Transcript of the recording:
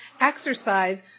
exercise